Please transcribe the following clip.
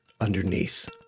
underneath